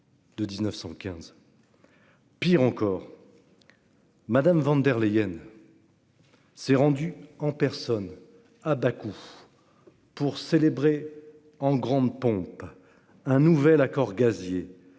Pis encore, Mme von der Leyen s'est rendue en personne à Bakou pour célébrer en grande pompe un nouvel accord gazier